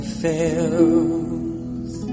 fails